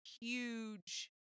huge